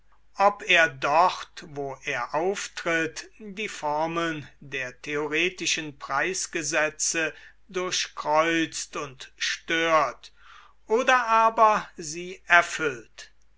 ob er dort wo er auftritt die formeln der theoretischen preisgesetze durchkreuzt und stört oder aber sie erfüllt